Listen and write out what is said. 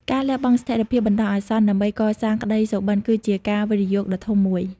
ការលះបង់ស្ថិរភាពបណ្តោះអាសន្ន ដើម្បីកសាងក្តីសុបិន គឺជាការវិនិយោគដ៏ធំមួយ។